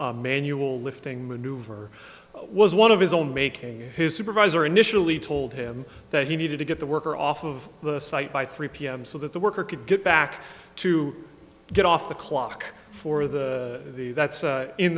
manual lifting maneuver was one of his own making his supervisor initially told him that he needed to get the worker off of the site by three pm so that the worker could get back to get off the clock for the that's